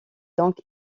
donc